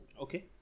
Okay